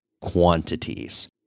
quantities